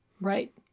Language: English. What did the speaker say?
Right